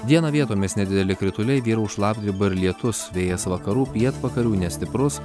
dieną vietomis nedideli krituliai vyraus šlapdriba ir lietus vėjas vakarų pietvakarių nestiprus